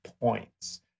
points